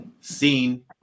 seen